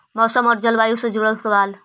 मौसम और जलवायु से जुड़ल सवाल?